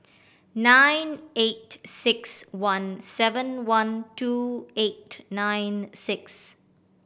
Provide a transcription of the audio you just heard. nine eight six one seven one two eight nine six